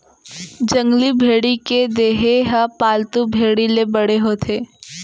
जंगली भेड़ी के देहे ह पालतू भेड़ी ले बड़े होथे